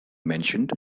mentioned